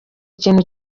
kintu